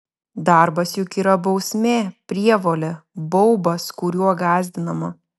darbas juk yra bausmė prievolė baubas kuriuo gąsdinama